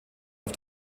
auf